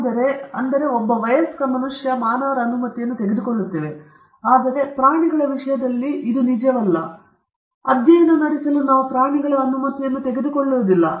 ನಾವು ಒಬ್ಬ ವಯಸ್ಕ ಮನುಷ್ಯ ಮಾನವರ ಅನುಮತಿಯನ್ನು ತೆಗೆದುಕೊಳ್ಳುತ್ತೇವೆ ಆದರೆ ಪ್ರಾಣಿಗಳ ವಿಷಯದಲ್ಲಿ ಇದು ನಿಜವಲ್ಲ ನಾವು ಅವುಗಳ ಮೇಲೆ ಅಧ್ಯಯನ ನಡೆಸಲು ಪ್ರಾಣಿಗಳ ಅನುಮತಿಯನ್ನು ತೆಗೆದುಕೊಳ್ಳುವುದಿಲ್ಲ